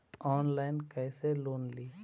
Online कैसे loan ली?